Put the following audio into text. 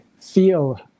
feel